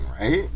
right